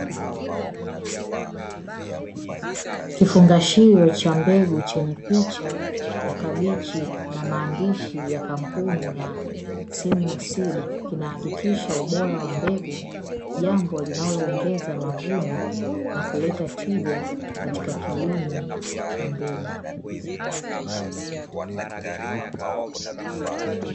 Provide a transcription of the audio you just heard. Kifungashio cha mbegu chenye picha ya kabichi na maandishi ya kampuni ya "simlaw seeds" kinahakikisha ubora wa mbegu, jambo linaloongeza mavuno na kuleta tija katika kilimo cha mbegu.